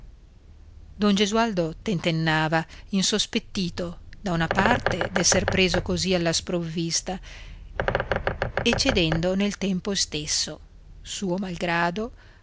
degli estranei don gesualdo tentennava insospettito da una parte d'esser preso così alla sprovvista e cedendo nel tempo istesso suo malgrado